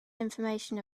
information